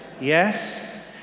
yes